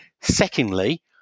secondly